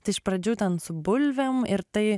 tai iš pradžių ten su bulvėm ir tai